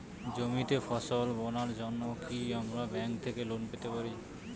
জমিতে ফসল বোনার জন্য কি আমরা ব্যঙ্ক থেকে লোন পেতে পারি?